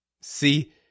See